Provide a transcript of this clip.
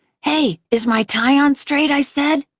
hey, is my tie on straight? i said.